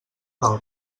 del